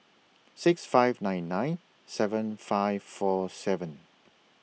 six five nine nine seven five four seven